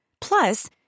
Plus